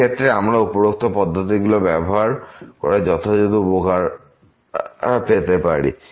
এই ক্ষেত্রে আমরা উপরোক্ত পদ্ধতিগুলোর ব্যবহার করে যথাযথ উপকার পেতে পারি